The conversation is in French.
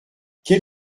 quel